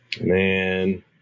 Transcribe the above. man